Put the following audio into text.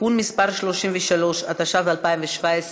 (תיקון מס' 33), התשע"ז 2017,